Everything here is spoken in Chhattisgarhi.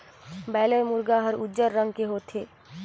बॉयलर मुरगा हर उजर रंग के होथे